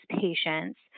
patients